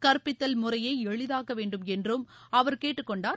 கற்பித்தல் முறையை எளிதாக்க வேண்டும் என்றும் அவர் கேட்டுக் கொண்டார்